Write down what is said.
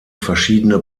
verschiedene